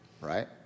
right